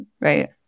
right